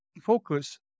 focus